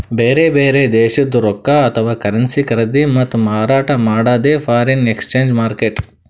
ಬ್ಯಾರೆ ಬ್ಯಾರೆ ದೇಶದ್ದ್ ರೊಕ್ಕಾ ಅಥವಾ ಕರೆನ್ಸಿ ಖರೀದಿ ಮತ್ತ್ ಮಾರಾಟ್ ಮಾಡದೇ ಫಾರೆನ್ ಎಕ್ಸ್ಚೇಂಜ್ ಮಾರ್ಕೆಟ್